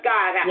God